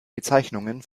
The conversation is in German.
bezeichnungen